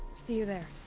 see you there.